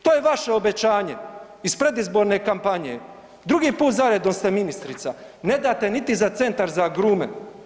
To je vaše obećanje iz predizborne kampanje, drugi put za redom ste ministrica, ne date niti za Centar za agrume.